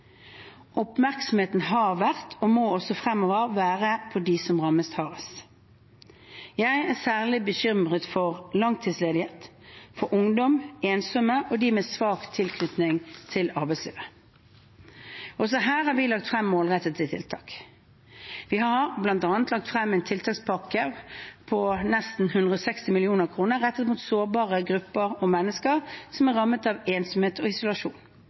Oppmerksomheten har vært og må også fremover være på dem som rammes hardest. Jeg er særlig bekymret for langtidsledige, ungdom, ensomme og dem med svak tilknytning til arbeidslivet. Også her har vi lagt frem målrettede tiltak. Vi har bl.a. lagt frem en tiltakspakke på nesten 160 mill. kr rettet mot sårbare grupper og mennesker som er rammet av ensomhet og isolasjon.